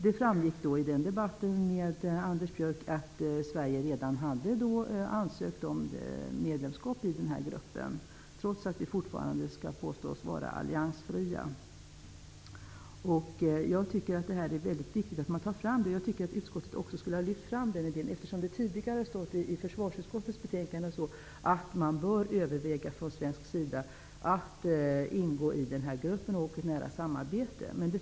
Det framgick i denna debatt med Anders Björck att Sverige redan hade ansökt om medlemskap i gruppen, trots att vi fortfarande påstår oss vara alliansfria. Det är viktigt att denna fråga lyfts fram. Utskottet borde ha lyft fram den. Det har tidigare stått i försvarsutskottets betänkanden att man från svensk sida bör överväga att ingå i gruppen eller att ha ett nära samarbeta med den.